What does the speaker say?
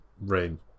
rain